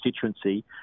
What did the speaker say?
constituency